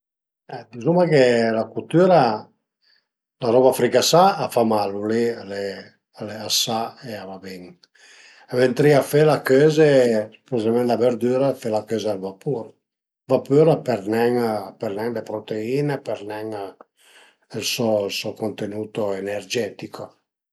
Dizuma che la cutüra, la roba fricasà a fa mal, lu li al e a së sa e a va bin, a vënterìa fela cözi, specialment la verdüra fela cözi a vapur, a vapur a perd nen le proteine, a perd nen ël so ël so contenuto energetico